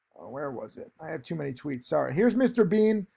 where was it? i have too many tweets, sorry, here's mr. bean.